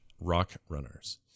rockrunners